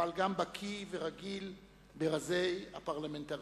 אבל גם בקי ורגיל ברזי הפרלמנטריזם.